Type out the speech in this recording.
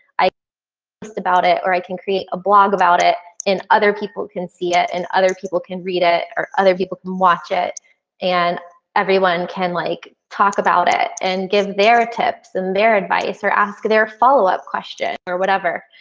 i just about it or i can create a blog about it and other people can see it and other people can read ah it or other people can watch it and everyone can like talk about it and give their tips and their advice or ask their follow-up questions or whatever.